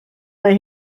mae